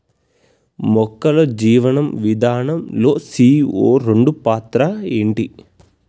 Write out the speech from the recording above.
మొక్కల్లో జీవనం విధానం లో సీ.ఓ రెండు పాత్ర ఏంటి?